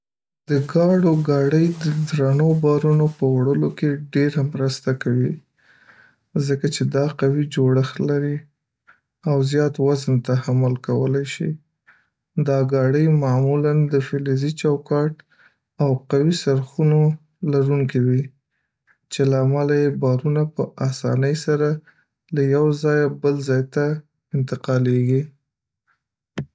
د ګاډو ګاډۍ د درنو بارونو په وړلو کې ډېره مرسته کوي، ځکه چې دا قوي جوړښت لري او زیات وزن تحمل کولی شي. دا ګاډۍ معمولاً د فلزي چوکاټ او قوي څرخونو لرونکې وي، چې له امله یې بارونه په اسانۍ سره له یوه ځایه بل ځای ته انتقالېږي.